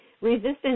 Resistance